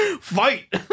Fight